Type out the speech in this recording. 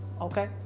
okay